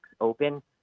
open